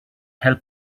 help